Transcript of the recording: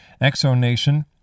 ExoNation